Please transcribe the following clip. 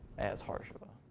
as harsh of a